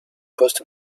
cost